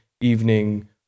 evening